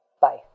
Bye